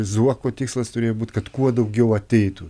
zuoko tikslas turėjo būt kad kuo daugiau ateitų